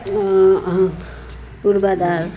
पूर्वाधार